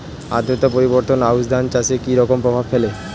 আদ্রতা পরিবর্তন আউশ ধান চাষে কি রকম প্রভাব ফেলে?